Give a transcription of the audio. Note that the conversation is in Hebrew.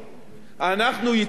אנחנו ייצרנו,